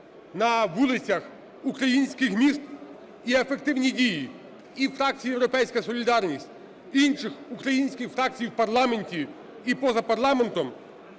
на вулицях українських міст і ефективні дії і фракції "Європейська солідарність", і інших українських фракцій в парламенті і поза парламентом